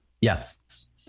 yes